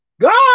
God